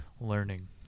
learning